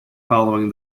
following